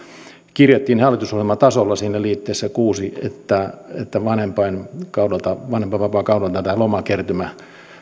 kirjattiin hallitusohjelmatasolla siinä liitteessä kuusi että että vanhempainvapaakaudelta vanhempainvapaakaudelta tämä lomakertymä